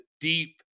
deep